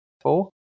Four